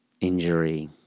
Injury